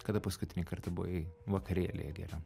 kada paskutinį kartą buvai vakarėlyje geram